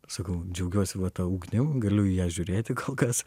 sakau džiaugiuosi va ta ugnim galiu į ją žiūrėti kol kas